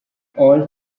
all